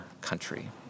country